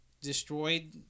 destroyed